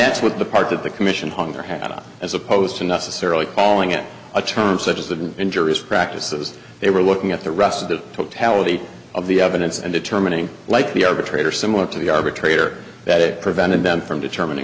that's what the part of the commission hung her head up as opposed to necessarily calling it a term such as an interest practices they were looking at the rest of the totality of the evidence and determining like the arbitrator similar to the arbitrator that it prevented them from determining